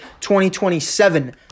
2027